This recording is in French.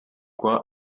quoi